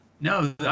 No